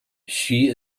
she